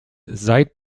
seit